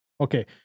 Okay